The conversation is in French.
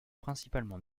principalement